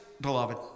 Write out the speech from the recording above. beloved